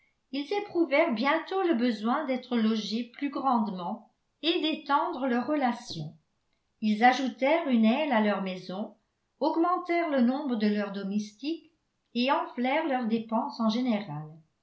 ils éprouvèrent bientôt le besoin d'être logés plus grandement et d'étendre leurs relations ils ajoutèrent une aile à leur maison augmentèrent le nombre de leurs domestiques et enflèrent leurs dépenses en général